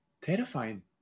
terrifying